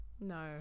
No